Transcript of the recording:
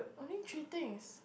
only three things